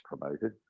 promoted